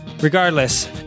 regardless